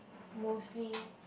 mostly